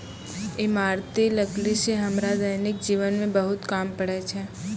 इमारती लकड़ी सें हमरा दैनिक जीवन म बहुत काम पड़ै छै